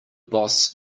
boss